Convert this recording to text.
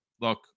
Look